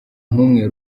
kumwe